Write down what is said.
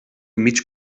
mig